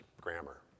grammar